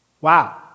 Wow